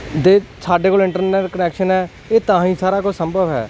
ਤੇ ਸਾਡੇ ਕੋਲ ਇੰਟਰਨੈਸ਼ਨਲ ਕਨੈਕਸ਼ਨ ਹੈ ਇਹ ਤਾਂ ਹੀ ਸਾਰਾ ਕੁਝ ਸੰਭਵ ਹੈ